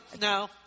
No